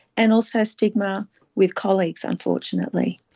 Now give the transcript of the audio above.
and also stigma with colleagues, unfortunately.